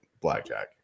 blackjack